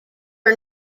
are